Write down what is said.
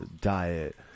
diet